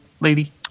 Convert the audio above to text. lady